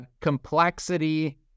complexity